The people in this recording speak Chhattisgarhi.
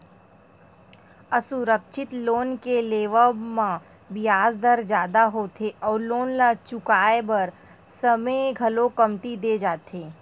असुरक्छित लोन के लेवब म बियाज दर जादा होथे अउ लोन ल चुकाए बर समे घलो कमती दे जाथे